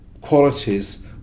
qualities